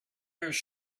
earth